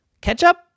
ketchup